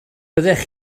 byddech